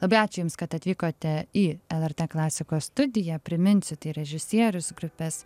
labai ačiū jums kad atvykote į lrt klasikos studiją priminsiu tai režisierius grupės